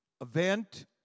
event